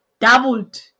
doubled